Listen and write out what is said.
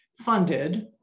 funded